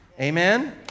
Amen